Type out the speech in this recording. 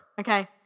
Okay